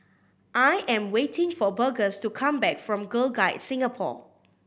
I am waiting for Burgess to come back from Girl Guides Singapore